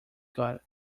got